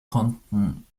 konnten